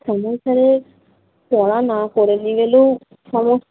শ্যামল স্যারের পড়া না করে নিয়ে গেলেও সমস্যা